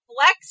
Flex